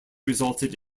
resulted